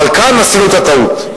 אבל כאן עשינו את הטעות.